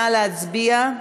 נא להצביע.